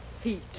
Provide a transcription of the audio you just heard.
feet